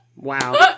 Wow